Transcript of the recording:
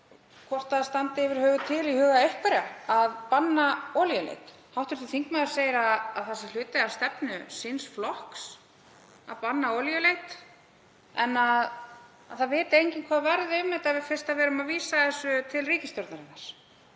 hvort það standi yfir höfuð til í huga einhverra að banna olíuleit. Hv. þingmaður segir að það sé hluti af stefnu síns flokks að banna olíuleit en að enginn viti hvað verði um þetta fyrst við erum að vísa þessu til ríkisstjórnarinnar.